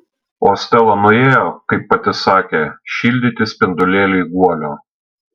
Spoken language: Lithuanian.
o stela nuėjo kaip pati sakė šildyti spindulėliui guolio